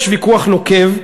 יש ויכוח נוקב,